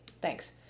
Thanks